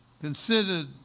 considered